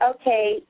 okay